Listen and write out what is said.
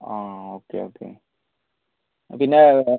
ആ okay okay പിന്നെ